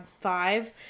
Five